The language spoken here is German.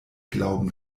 glauben